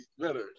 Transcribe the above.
better